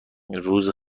روز